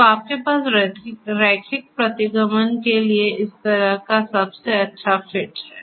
तो आपके पास रैखिक प्रतिगमन के लिए इस तरह का सबसे अच्छा फिट है